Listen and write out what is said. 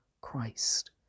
Christ